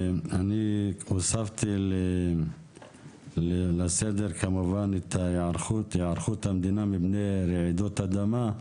אני הוספתי לסדר כמובן את היערכות המדינה מפני רעידות אדמה.